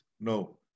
No